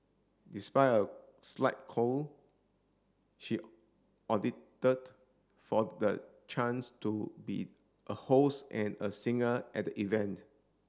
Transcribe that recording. despite a slight cold she audited for the chance to be a host and a singer at the event